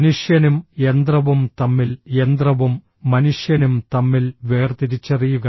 മനുഷ്യനും യന്ത്രവും തമ്മിൽ യന്ത്രവും മനുഷ്യനും തമ്മിൽ വേർതിരിച്ചറിയുക